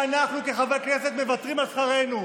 שאנחנו כחברי כנסת מוותרים על שכרנו.